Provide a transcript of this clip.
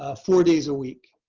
ah four days a week.